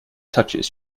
touches